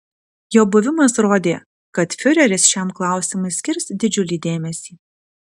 jo buvimas rodė kad fiureris šiam klausimui skirs didžiulį dėmesį